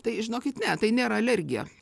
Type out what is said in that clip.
tai žinokit ne tai nėra alergija